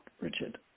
Richard